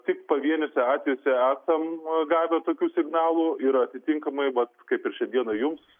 tik pavieniuose atvejuose esam gavę tokių signalų ir atitinkamai vat kaip ir šiandieną jums